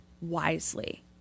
wisely